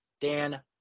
Dan